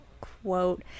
quote